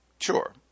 Sure